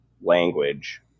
language